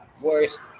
worst